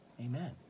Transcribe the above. Amen